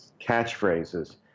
catchphrases